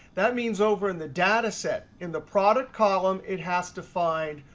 that means over in the data set in the product column, it has to find,